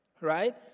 right